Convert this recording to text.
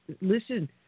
Listen